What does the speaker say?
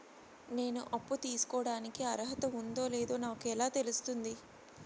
నేను అప్పు తీసుకోడానికి అర్హత ఉందో లేదో నాకు ఎలా తెలుస్తుంది?